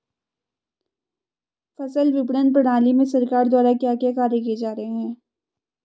फसल विपणन प्रणाली में सरकार द्वारा क्या क्या कार्य किए जा रहे हैं?